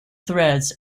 threads